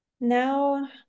Now